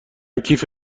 کیف